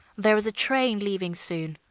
there is a train leaving soon.